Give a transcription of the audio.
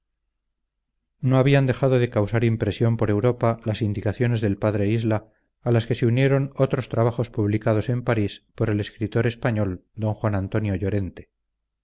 no había dejado de causar impresión por europa las indicaciones del p isla a las que se unieron otros trabajos publicados en parís por el escritor español don juan antonio llorente